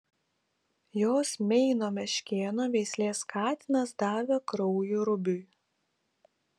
jos meino meškėno veislės katinas davė kraujo rubiui